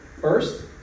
First